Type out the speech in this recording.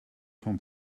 vom